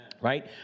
right